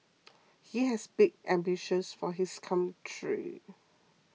he has big ambitions for his country